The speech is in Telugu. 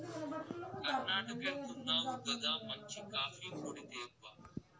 కర్ణాటకెళ్తున్నావు గదా మంచి కాఫీ పొడి తేబ్బా